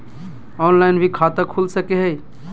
Online भी खाता खूल सके हय?